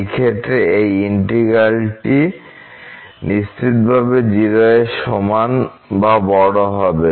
এই ক্ষেত্রে এই ইন্টিগ্র্যালটি নিশ্চিতভাবে 0 এর সমান বা বড়ো হবে